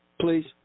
Please